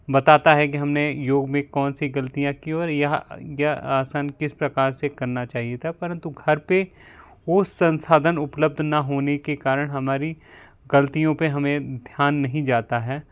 बताता है कि हमने योग में कौन सी गलतियाँ की और यहाँ यह आसन किस प्रकार से करना चाहिए था परंतु घर पे वो संसाधन उपलब्ध न होने के कारण हमारी गलतियों पे हमें ध्यान नहीं जाता है